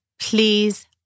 please